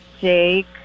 Jake